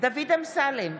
דוד אמסלם,